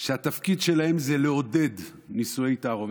שהתפקיד שלהם זה לעודד נישואי תערובת,